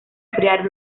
enfriar